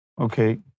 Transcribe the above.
okay